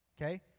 okay